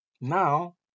now